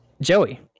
Joey